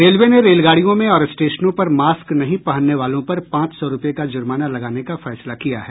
railway ने रेलगाड़ियों में और स्टेशनों पर मास्क नहीं पहनने वालों पर पांच सौ रुपए का जुर्माना लगाने का फैसला किया है